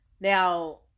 Now